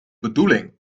bedoeling